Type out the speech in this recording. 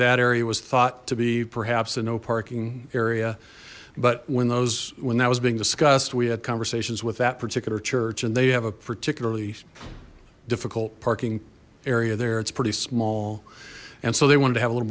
that area was thought to be perhaps a no parking area but when those when that was being discussed we had conversations with that particular church and they have a particularly difficult parking area there it's pretty small and so they wanted to have a little